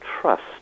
trust